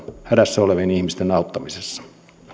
hädässä olevien ihmisten auttamisessa